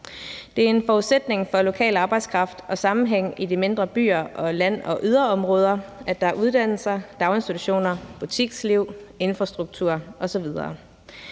Det er en forudsætning for lokal arbejdskraft og sammenhæng i de mindre byer og land- og yderområder, at der er uddannelser, daginstitutioner, butiksliv, infrastruktur osv.